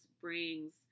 brings